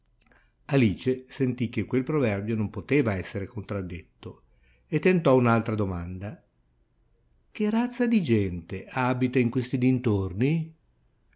alice sentì che quel proverbio non poteva essere contraddetto e tentò un altra domanda che razza di gente abita in questi dintorni